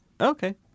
Okay